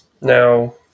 Now